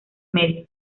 medios